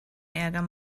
ärger